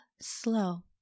slow